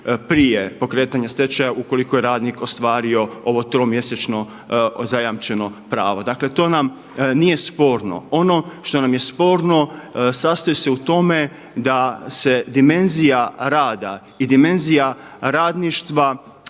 prije pokretanja stečaja ukoliko je radnik ostvario ovo tromjesečno zajamčeno pravo. Dakle to nam nije sporno. Ono što nam je sporno sastoji se u tome da se dimenzija rada i dimenzija radništva